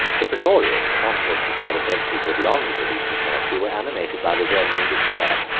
the praetorians, conscious that their offences were beyond the reach of mercy, were animated by revenge and despair.